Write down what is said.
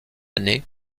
année